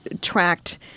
tracked